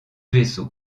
vaisseaux